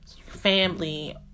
family